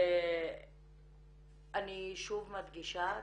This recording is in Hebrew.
אני שוב מדגישה,